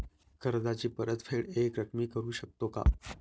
कर्जाची परतफेड एकरकमी करू शकतो का?